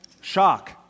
Shock